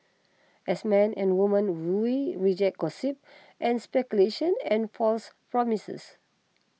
as men and women we reject gossip and speculation and false promises